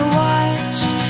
watched